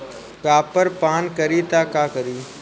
Copper पान करी त का करी?